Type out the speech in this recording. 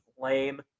lame